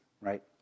right